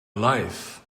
life